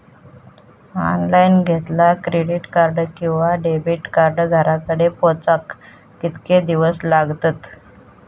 Online घेतला credit card किंवा debit card घराकडे पोचाक कितके दिस लागतत?